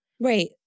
Right